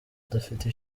adafite